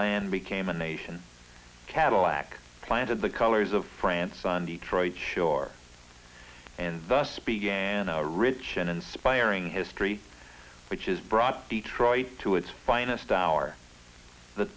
land became a nation cadillac planted the colors of france on detroit shore and thus began a rich and inspiring history which is brought detroit to its finest hour the